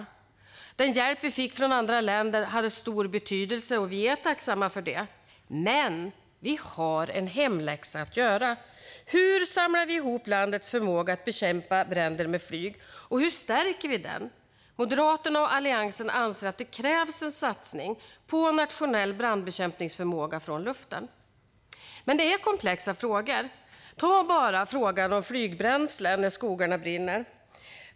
Den hjälp vi fick från andra länder hade stor betydelse, och vi är tacksamma för den. Men vi har en hemläxa att göra: Hur samlar vi ihop landets förmåga att bekämpa bränder med flyg, och hur stärker vi den? Moderaterna och Alliansen anser att det krävs en satsning på nationell brandbekämpningsförmåga från luften. Men detta är komplexa frågor. Ta bara frågan om flygbränsle när skogarna brinner.